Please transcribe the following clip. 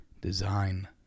design